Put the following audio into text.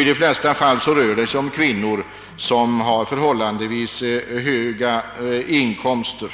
I de flesta fall rör det sig. om kvinnor, som har förhållandevis höga inkomster.